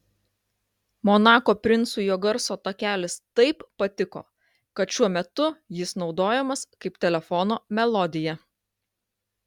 monako princui jo garso takelis taip patiko kad šiuo metu jis naudojamas kaip telefono melodija